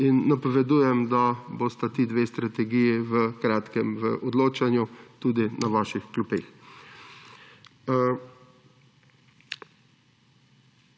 in napovedujem, da bosta ti dve strategiji v kratkem v odločanju tudi na vaših klopeh.